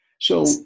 So-